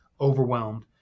overwhelmed